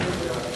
רבותי.